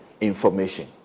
information